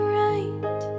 right